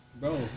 Bro